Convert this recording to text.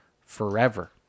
forever